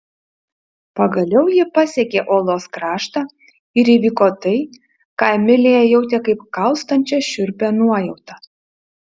pagaliau ji pasiekė uolos kraštą ir įvyko tai ką emilija jautė kaip kaustančią šiurpią nuojautą